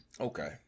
Okay